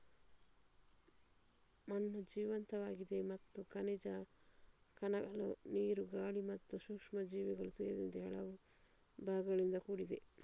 ಮಣ್ಣು ಜೀವಂತವಾಗಿದೆ ಮತ್ತು ಖನಿಜ ಕಣಗಳು, ನೀರು, ಗಾಳಿ ಮತ್ತು ಸೂಕ್ಷ್ಮಜೀವಿಗಳು ಸೇರಿದಂತೆ ಹಲವು ಭಾಗಗಳಿಂದ ಕೂಡಿದೆ